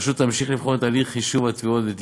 הרשות תמשיך לבחון את הליך יישוב התביעות ואת